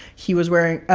he was wearing,